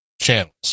channels